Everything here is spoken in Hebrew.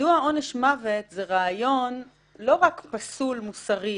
מדוע עונש מוות זה רעיון לא רק פסול מוסרית,